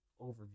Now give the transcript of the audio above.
overview